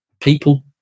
people